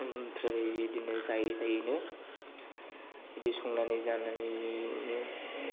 ओमफ्राय बिदिनो जायै जायैनो बिदि संनानै जानानैनो